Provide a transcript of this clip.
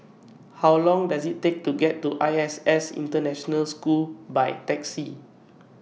How Long Does IT Take to get to I S S International School By Taxi